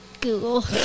Google